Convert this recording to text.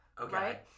Okay